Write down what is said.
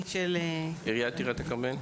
עיריית טירת הכרמל.